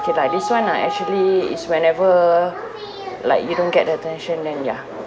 okay lah this [one] ah actually is whenever like you don't get attention then ya